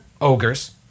ogres